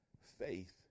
Faith